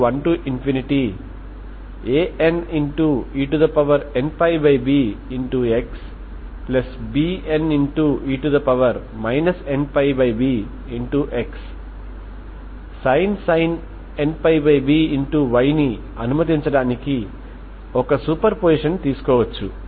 sin nπby ని అనుమతించడానికి ఒక సూపర్ పొజిషన్ తీసుకోవచ్చు